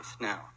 Now